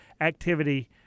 activity